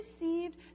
received